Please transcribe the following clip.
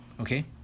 okay